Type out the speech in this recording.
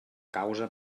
causa